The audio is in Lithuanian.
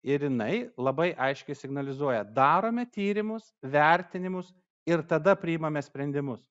ir jinai labai aiškiai signalizuoja darome tyrimus vertinimus ir tada priimame sprendimus